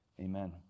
Amen